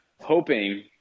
hoping